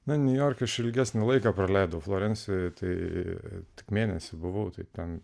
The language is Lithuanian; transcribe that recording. na niujorke aš ilgesnį laiką praleido florencijoje tai tik mėnesį buvau tai ten